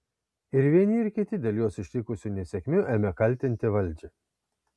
ir vieni ir kiti dėl juos ištikusių nesėkmių ėmė kaltinti valdžią